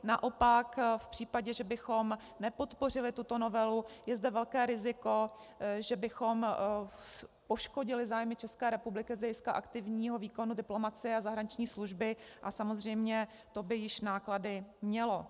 Naopak v případě, že bychom nepodpořili tuto novelu, je zde velké riziko, že bychom poškodili zájmy České republiky z hlediska aktivního výkonu diplomacie a zahraniční služby a samozřejmě to by již náklady mělo.